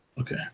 Okay